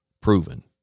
Proven